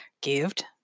Gived